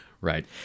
Right